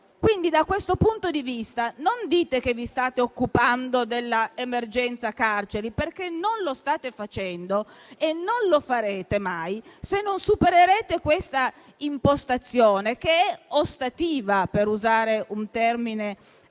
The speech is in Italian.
Da questo punto di vista, non dite che vi state occupando dell'emergenza carceri, perché non lo state facendo e non lo farete mai, se non supererete questa impostazione che è ostativa, per usare un termine